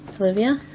Olivia